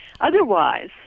Otherwise